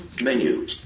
Menu